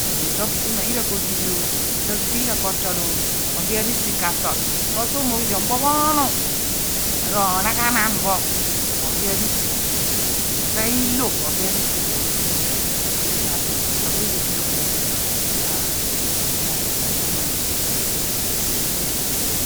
Mi idu on ke di yira kodeghi oro duon ku ali yira ko tol ooh ku oghiarisugh ka tol oomo pho uli obophom ro onaghanam pho ku oghia risugh. Ipe i/lo oshi arisegh ipe ku uli m ra toma ani toro oye ku oye lo arol uluoh pho khedi mi ratuman ghan ine kuuh iham bo iimi.